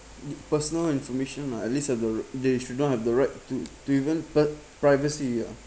personal information lah at least have the they should not have the right to to even pr~ privacy ya